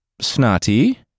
Snotty